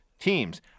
teams